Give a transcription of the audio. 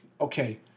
Okay